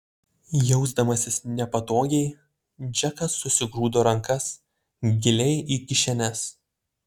jausdamasis nepatogiai džekas susigrūdo rankas giliai į kišenes